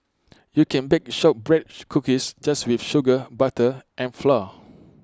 you can bake shortbread cookies just with sugar butter and flour